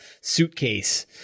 suitcase